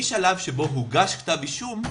משלב שבו הוגש כתב אישום,